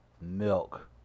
milk